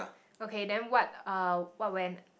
okay then what uh what went